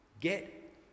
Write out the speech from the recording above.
get